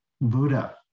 Buddha